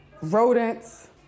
rodents